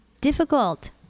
difficult